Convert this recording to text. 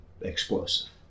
explosive